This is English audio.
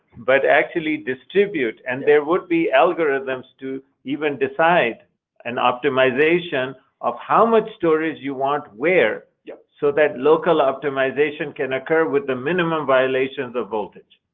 but actually distribute. and there would be algorithms to even decide an optimization of how much storage you want where, yeah so that local optimization can occur with the minimum violations of voltage.